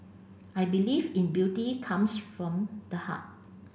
I believe in beauty comes from the heart